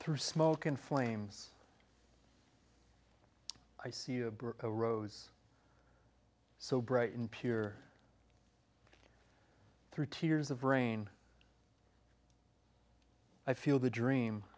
through smoke and flames i see a burka rose so bright and peer through tears of rain i feel the dream